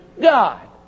God